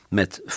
met